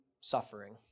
suffering